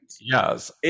yes